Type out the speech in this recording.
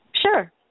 Sure